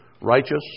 righteous